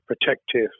protective